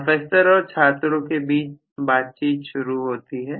professor और छात्रों के बीच बातचीत शुरू होती है